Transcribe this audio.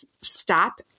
stop